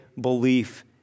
belief